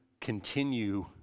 continue